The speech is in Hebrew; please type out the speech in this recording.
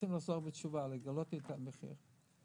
לחזור בתשובה, לגלות לי את המחיר האמיתי.